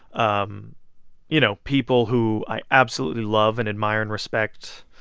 um you know, people who i absolutely love and admire and respect,